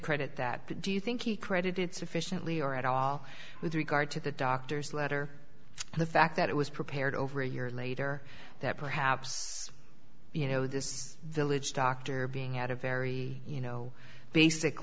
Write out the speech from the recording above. credit that but do you think he credited sufficiently or at all with regard to the doctor's letter and the fact that it was prepared over a year later that perhaps you know this village doctor being at a very you know basic